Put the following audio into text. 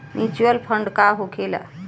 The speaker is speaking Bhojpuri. म्यूचुअल फंड का होखेला?